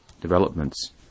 developments